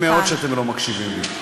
אני סובל מאוד מכך שאתם לא מקשיבים לי.